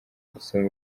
gusoma